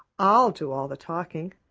i'll do all the talking.